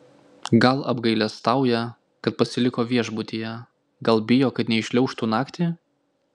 gal apgailestauja kad pasiliko viešbutyje gal bijo kad neįšliaužčiau naktį